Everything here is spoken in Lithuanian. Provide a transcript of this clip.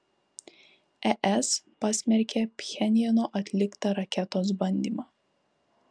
es pasmerkė pchenjano atliktą raketos bandymą